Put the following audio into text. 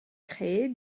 créée